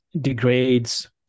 degrades